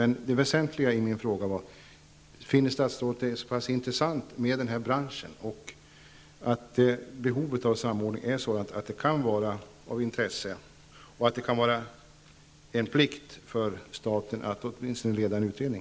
Men det väsentliga i min fråga var: Finner statsrådet denna bransch så pass intressant att det finns ett sådant behov av samordning att detta kan vara av intresse och att det kan vara en plikt för staten att åtminstone leda en utredning?